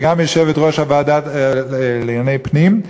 וגם מיושבת-ראש ועדת הפנים,